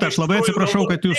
aš labai atsiprašau kad jūs